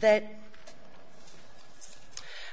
that